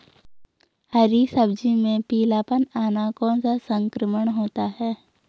हरी सब्जी में पीलापन आना कौन सा संक्रमण होता है?